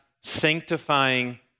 sanctifying